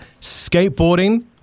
skateboarding